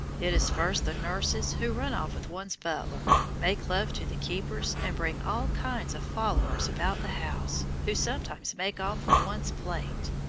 it is first the nurses, who run off with one's butler, make love to the keepers, and bring all kinds of followers about the house, who sometimes make off with one's plate.